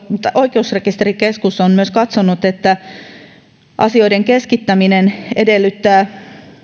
oikeusrekisterikeskus on myös katsonut että asioiden keskittäminen edellyttää